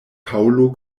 paŭlo